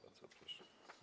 Bardzo proszę.